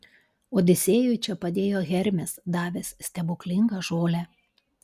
odisėjui čia padėjo hermis davęs stebuklingą žolę